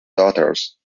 daughters